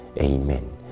Amen